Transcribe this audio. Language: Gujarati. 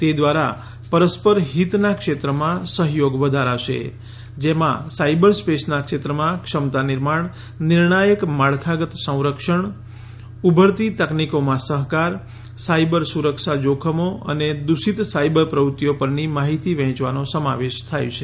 તે દ્વારા પરસ્પર હિતના ક્ષેત્રોમાં સહયોગ વધારશે જેમાં સાયબર સ્પેસના ક્ષેત્રમાં ક્ષમતા નિર્માણ નિર્ણાયક માળખાગત સંરક્ષણ ઉભરતી તકનીકોમાં સહકાર સાયબર સુરક્ષા જોખમો અને દૂષિત સાયબર પ્રવૃત્તિઓ પરની માહિતી વહેંચવાનો સમાવેશ થાય છે